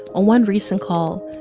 on one recent call,